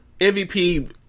MVP